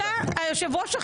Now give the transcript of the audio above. (היו"ר ינון אזולאי,